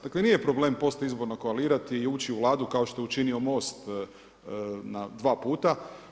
Dakle, nije problem post izborno koalirati i ući u Vladu kao što je učinio MOST dva puta.